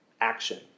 action